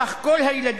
סך כל הילדים,